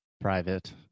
private